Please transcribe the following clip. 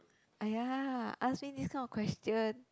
!aiya! answer this kind of question